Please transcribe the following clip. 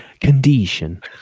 condition